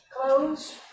close